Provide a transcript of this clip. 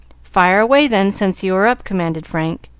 fire away, then, since you are up commanded frank.